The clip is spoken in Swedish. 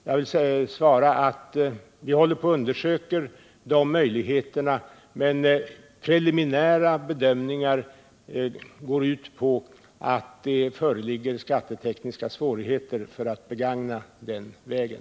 Jag kan säga att vi håller på att undersöka de möjligheterna, men preliminära bedömningar går ut på att det föreligger skattetekniska svårigheter att begagna den vägen.